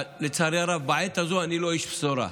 לצערי הרב בעת הזו אני לא איש בשורה.